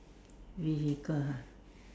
vehicle ah